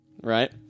right